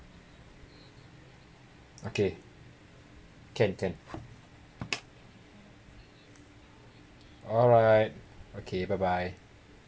okay can can alright okay bye bye